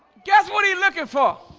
guess what are you looking for?